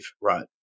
right